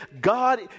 God